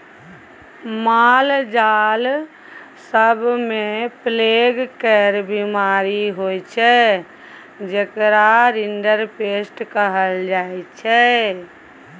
मालजाल सब मे प्लेग केर बीमारी होइ छै जेकरा रिंडरपेस्ट कहल जाइ छै